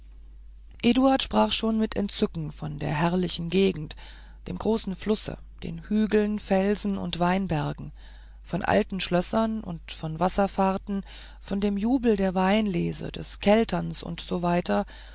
eduard sprach schon mit entzücken von der herrlichen gegend dem großen flusse den hügeln felsen und weinbergen von alten schlössern von wasserfahrten von dem jubel der weinlese des kelterns und so